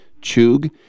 Chug